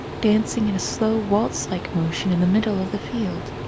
dancing in a slow waltz-like motion in the middle of the field.